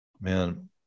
Man